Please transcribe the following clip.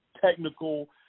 technical